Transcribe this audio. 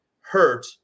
hurt